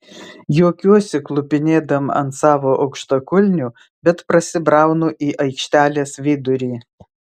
juokiuosi klupinėdama ant savo aukštakulnių bet prasibraunu į aikštelės vidurį